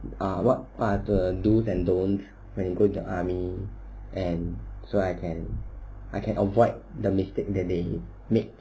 what are the dos and don't when you go the army and so I can I can avoid the mistakes that they make